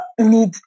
need